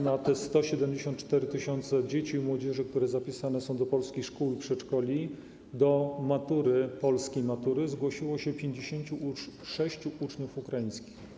Na te 174 tys. dzieci i młodzieży, którzy zapisani są do polskich szkół i przedszkoli, do polskiej matury zgłosiło się 56 uczniów ukraińskich.